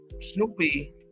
Snoopy